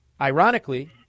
ironically